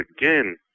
again